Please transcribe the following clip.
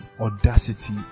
audacity